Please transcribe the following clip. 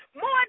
more